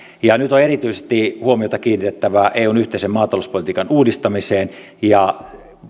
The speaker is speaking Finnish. nyt on erityisesti huomiota kiinnitettävä eun yhteisen maatalouspolitiikan uudistamiseen ja